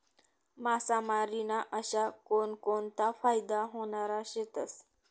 मासामारी ना अशा कोनकोनता फायदा व्हनारा शेतस?